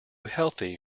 healthy